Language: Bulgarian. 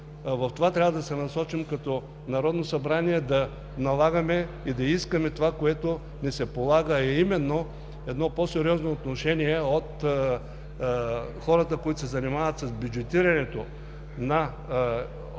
това трябва да се насочим като Народно събрание – да налагаме и да искаме онова, което ни се полага, а именно по-сериозно отношение от хората, които се занимават с бюджетирането на Общата